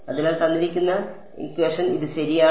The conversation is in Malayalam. അതിനാൽ ഇത് ശരിയാണ്